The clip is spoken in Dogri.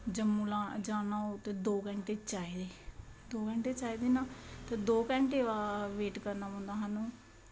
जम्मू जाना होऐ ते दो घैंटे चाही दे दो घैंटे चाही न दो घैंटे वेट करना पौंदा स्हानू